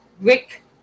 Rick